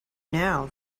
now